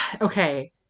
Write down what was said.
okay